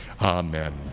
Amen